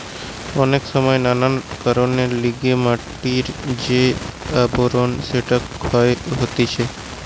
অনেক সময় নানান কারণের লিগে মাটির যে আবরণ সেটা ক্ষয় হতিছে